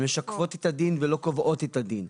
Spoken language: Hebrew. הן משקפות את הדין ולא קובעות את הדין.